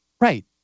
Right